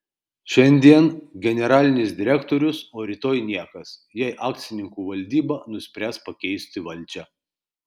šiandien generalinis direktorius o rytoj niekas jei akcininkų valdyba nuspręs pakeisti valdžią